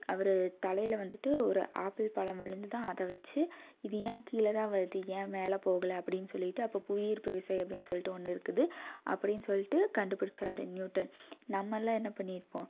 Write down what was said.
அவர் தலையில வந்துட்டு ஒரு ஆப்பிள் பழம் விழுந்துதான் அதை வச்சு இது ஏன் கீழேதான் வருது ஏன் மேலே போகலை அப்படின்னு சொல்லிட்டு அப்போது புவி ஈர்ப்புவிசை அப்படின்னு சொல்லிட்டு ஒன்று இருக்குது அப்படின்னு சொல்லிட்டு கண்டுபிடிச்சாரு நியூட்டன் நம்மெலாம் என்ன பண்ணியிருப்போம்